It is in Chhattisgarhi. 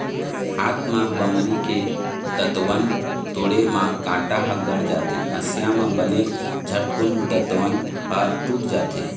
हाथ म बमरी के दतवन तोड़े म कांटा ह गड़ जाथे, हँसिया म बने झटकून दतवन ह टूट जाथे